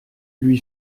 lui